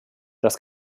das